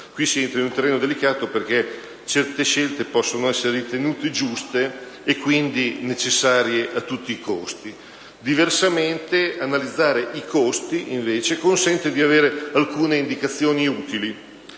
Qui si entra in un terreno delicato, perché determinate scelte possono essere ritenute giuste e quindi necessarie a tutti i costi; diversamente, analizzare i costi, invece, consente di avere alcune indicazioni utili.